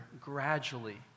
gradually